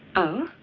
oh?